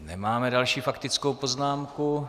Nemáme další faktickou poznámku.